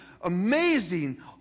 amazing